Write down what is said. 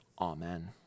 Amen